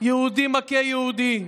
יהודי מכה יהודי,